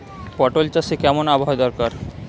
পটল চাষে কেমন আবহাওয়া দরকার?